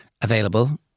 available